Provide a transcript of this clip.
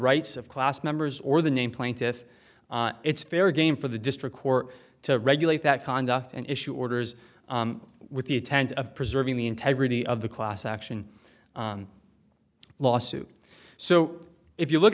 rights of class members or the name plaintiff it's fair game for the district court to regulate that conduct and issue orders with the intent of preserving the integrity of the class action lawsuit so if you look